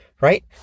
Right